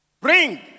Bring